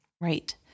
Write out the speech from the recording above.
Right